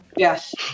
Yes